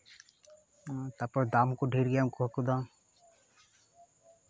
ᱛᱟᱨᱯᱚᱨ ᱫᱟᱢ ᱠᱚ ᱰᱷᱮᱨ ᱜᱮᱭᱟ ᱩᱱᱠᱩ ᱦᱟᱹᱠᱩ ᱫᱚ